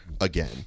again